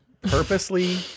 purposely